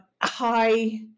high